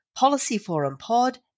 policyforumpod